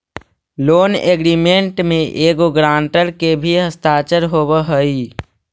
loan agreement में एगो guarantor के भी हस्ताक्षर होवऽ हई